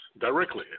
directly